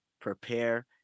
prepare